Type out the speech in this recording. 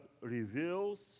reveals